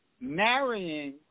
marrying